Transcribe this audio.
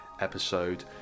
episode